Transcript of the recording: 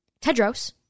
Tedros